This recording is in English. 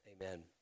amen